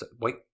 Wait